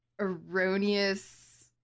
erroneous